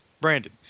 Brandon